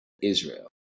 Israel